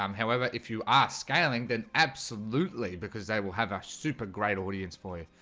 um however, if you are scaling then absolutely because they will have a super great audience for you.